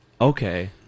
Okay